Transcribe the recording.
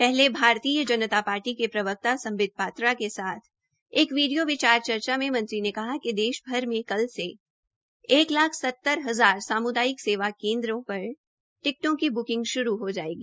पहले भारतीय जनता पार्टी के प्रवक्ता साबित पात्रा के साथ एक वीडियो विचार चर्चा में मंत्री ने कहा कि देश भर में कल से एक लाख सत्तर साम्दायिक सेवा केन्द्र पर टिकटों की ब्किंग श्रू हो जायेगी